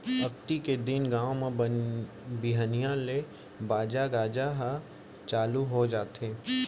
अक्ती के दिन गाँव म बिहनिया ले बाजा गाजा ह चालू हो जाथे